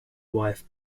wife